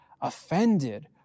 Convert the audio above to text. offended